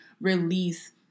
release